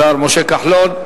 השר משה כחלון.